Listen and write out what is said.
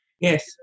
Yes